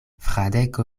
fradeko